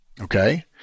okay